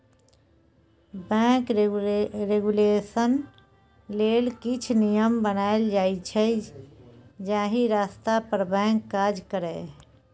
bank regulation लेल किछ नियम बनाएल जाइ छै जाहि रस्ता पर बैंक काज करय